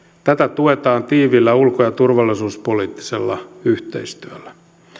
tätä tuetaan tiiviillä ulko ja turvallisuuspoliittisella yhteistyöllä